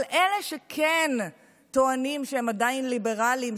אבל אלה שכן טוענים שהם עדיין ליברלים,